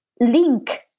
link